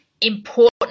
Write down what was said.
important